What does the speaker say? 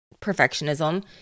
perfectionism